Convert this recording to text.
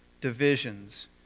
divisions